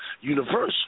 Universal